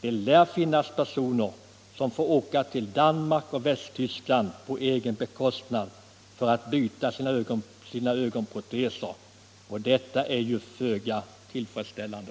Det lär finnas personer som får resa till Danmark och Västtyskland på egen bekostnad för att byta sina proteser, och det är ju föga tillfredsställande.